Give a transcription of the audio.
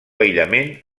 aïllament